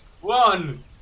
one